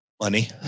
Money